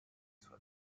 sua